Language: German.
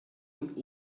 und